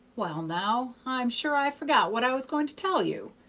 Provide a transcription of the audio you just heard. well, now, i'm sure i've forgot what i was going to tell you.